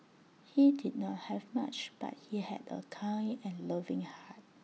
he did not have much but he had A kind and loving heart